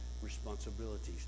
Responsibilities